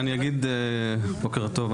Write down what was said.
בוקר טוב,